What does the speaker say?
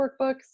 workbooks